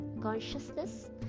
consciousness